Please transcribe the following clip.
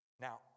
Now